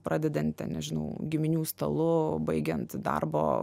pradedant ten nežinau giminių stalu baigiant darbo